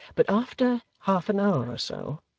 but after half an hour or so,